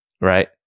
right